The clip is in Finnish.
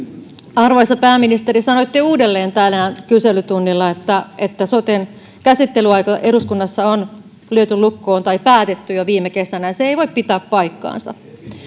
arvoisa pääministeri sanoitte uudelleen tänään kyselytunnilla että että soten käsittelyaika eduskunnassa on lyöty lukkoon tai päätetty jo viime kesänä se ei voi pitää paikkaansa